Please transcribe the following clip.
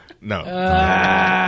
No